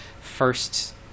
first